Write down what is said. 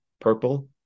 purple